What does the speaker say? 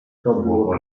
było